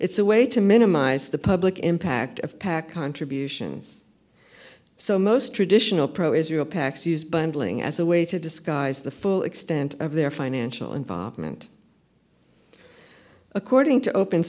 it's a way to minimize the public impact of pac on tribune so most traditional pro israel pacs use bundling as a way to disguise the full extent of their financial involvement according to open